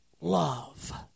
love